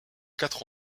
quatre